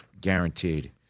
guaranteed